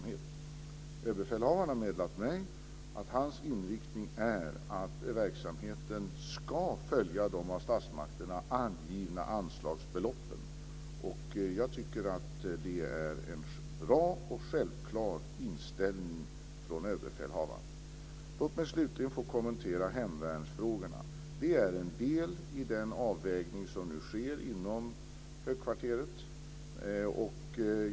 Överbefälhavaren har meddelat mig att hans inriktning är den att verksamheten ska följa de av statsmakterna angivna anslagsbeloppen, och jag tycker att det är en bra och självklar inställning från överbefälhavaren. Låt mig slutligen få kommentera hemvärnsfrågorna. De ingår som en del i den avvägning som nu sker inom högkvarteret.